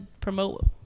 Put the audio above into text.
promote